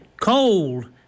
cold